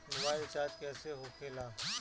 Mobile recharge कैसे होखे ला?